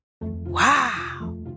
Wow